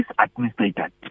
administrator